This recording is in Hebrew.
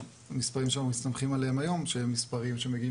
והמספרים שאנחנו מסתמכים עליהם היום שהם מספרים שמגיעים